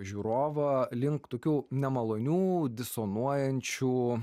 žiūrovą link tokių nemalonių disonuojančių